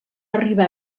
arribar